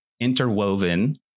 interwoven